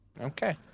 Okay